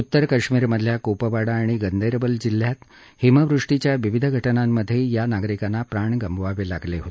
उत्तर कश्मीर मधल्या कुपवाडा आणि गंदेरबल जिल्ह्यात हिमवृष्टीच्या विविध घटनांमध्ये या नागरिकांना प्राण गमवावे लागले आहेत